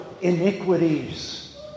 iniquities